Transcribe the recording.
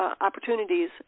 opportunities